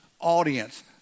audience